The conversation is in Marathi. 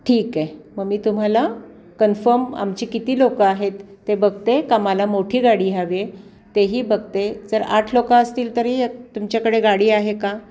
ठीक आहे मग मी तुम्हाला कन्फम आमची किती लोकं आहेत ते बघते का मला मोठी गाडी हवी आहे तेही बघते जर आठ लोकं असतील तरी तुमच्याकडे गाडी आहे का